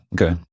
okay